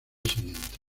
siguiente